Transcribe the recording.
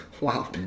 Wow